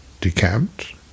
decamped